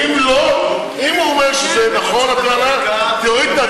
אם לא, אז נדחה בהסכמה.